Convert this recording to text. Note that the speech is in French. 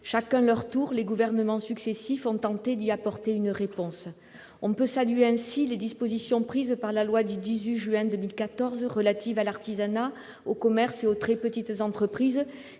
Chacun leur tour, les gouvernements successifs ont tenté d'y apporter une réponse. On peut saluer ainsi les dispositions prises par la loi du 18 juin 2014 relative à l'artisanat, au commerce et aux très petites entreprises,